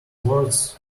words